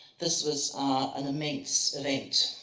this was an immense event.